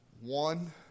one